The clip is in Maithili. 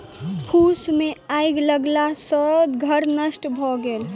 फूस मे आइग लगला सॅ घर नष्ट भ गेल